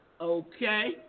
Okay